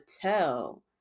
tell